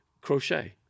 Crochet